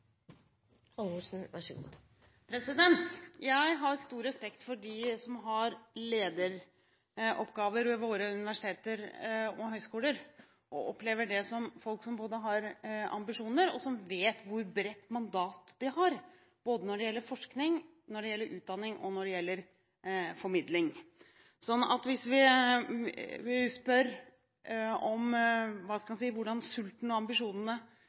Jeg har stor respekt for dem som har lederoppgaver ved våre universiteter og høyskoler, og opplever dem som personer som både har ambisjoner og vet hvor bredt mandat de har, både når det gjelder forskning, utdanning og formidling. Så hvis vi spør – hva skal en si – hvordan sulten og ambisjonene